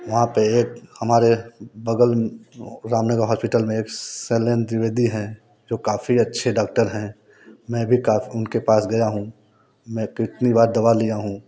वहाँ पे एक हमारे बगल राम नगर हॉस्पिटल में एक शैलेन्द्र द्विवेदी हैं जो काफ़ी अच्छे डॉक्टर हैं मैं भी काफ़ी उनके पास गया हूं मैं कितनी बार दवा लिया हूं